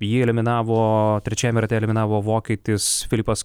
jį eliminavo trečiajame rate eliminavo vokietis filipas